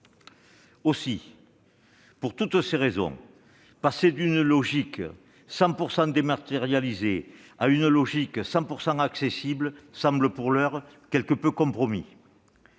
ligne. Pour toutes ces raisons, le passage d'une logique 100 % dématérialisée à une logique 100 % accessible semble, pour l'heure, quelque peu compromis.